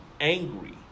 angry